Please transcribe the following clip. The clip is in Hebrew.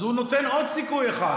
הוא נותן עוד סיכוי אחד.